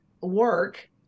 work